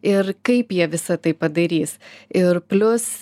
ir kaip jie visa tai padarys ir plius